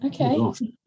okay